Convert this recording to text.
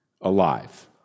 alive